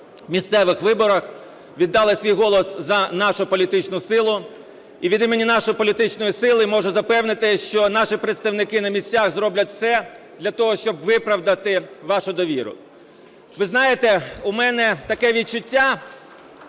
місцевих виборах віддали свій голос за нашу політичну силу. І від імені нашої політичної сили можу запевнити, що наші представники на місцях зроблять все для того, щоб виправдати вашу довіру. Ви знаєте, у мене таке відчуття,